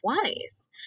twice